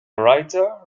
writer